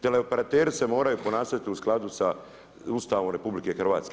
Tele operateri se moraju ponašati u skladu sa Ustavom RH.